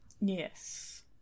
Yes